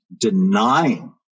Denying